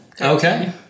okay